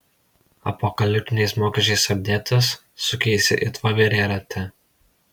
apokaliptiniais mokesčiais apdėtas sukiesi it voverė rate